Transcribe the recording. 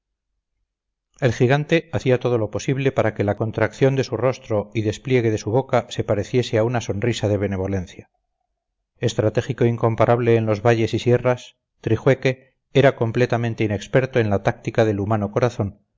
el gigante hacía todo lo posible para que la contracción de su rostro y despliegue de su boca se pareciese a una sonrisa de benevolencia estratégico incomparable en los valles y sierras trijueque era completamente inexperto en la táctica del humano corazón